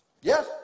Yes